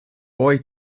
boy